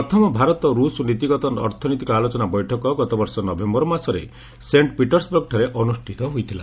ପ୍ରଥମ ଭାରତ ରୁଷ ନୀତିଗତ ଅର୍ଥନୈତିକ ଆଲୋଚନା ବୈଠକ ଗତବର୍ଷ ନଭେମ୍ବର ମାସରେ ସେଣ୍ଟ୍ ପିଟର୍ସବର୍ଗଠାରେ ଅନୁଷ୍ଠିତ ହୋଇଥିଲା